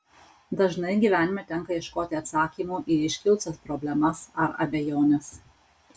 dažnai gyvenime tenka ieškoti atsakymų į iškilusias problemas ar abejones